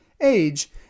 age